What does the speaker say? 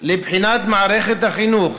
לבחינת מערכת החינוך